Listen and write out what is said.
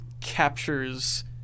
captures